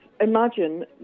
imagine